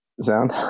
sound